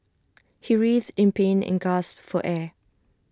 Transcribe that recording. he writhed in pain and gasped for air